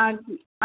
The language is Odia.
ଆଃ